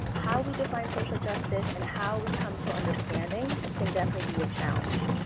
how we define social justice and how we come to understanding can definitely be a challenge.